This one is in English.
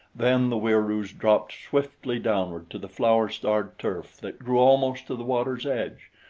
then the wieroos dropped swiftly downward to the flower-starred turf that grew almost to the water's edge,